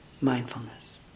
mindfulness